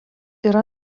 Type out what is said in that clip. yra